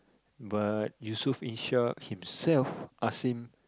but Yusof-Ishak himself ask him